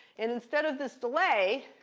instead of this delay,